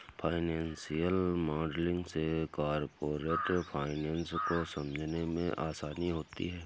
financial modelling से corporate finance को समझने में आसानी होती है